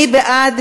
מי בעד?